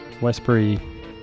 Westbury